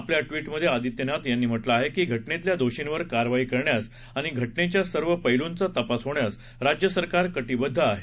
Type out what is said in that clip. आपल्या ट्विटमध्ये आदित्यनाथ यांनी म्हटलं आहे की घटनेतल्या दोषींवर कारवाई करण्यास आणि घटनेच्या सर्व पैलूंचा तपास होण्यास राज्य सरकार कटिबद्ध आहे